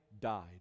died